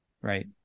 right